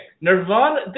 Nirvana